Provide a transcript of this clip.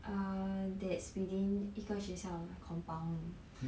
err that's within 一个学校 lah compound